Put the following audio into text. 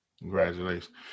Congratulations